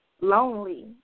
lonely